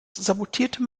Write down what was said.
sabotierte